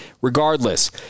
regardless